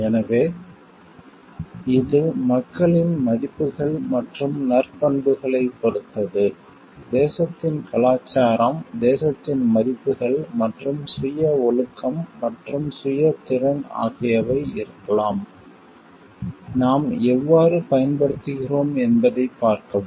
எனவே இது மக்களின் மதிப்புகள் மற்றும் நற்பண்புகளைப் பொறுத்தது தேசத்தின் கலாச்சாரம் தேசத்தின் மதிப்புகள் மற்றும் சுய ஒழுக்கம் மற்றும் சுய திறன் ஆகியவை இருக்கலாம் நாம் எவ்வாறு பயன்படுத்துகிறோம் என்பதைப் பார்க்கவும்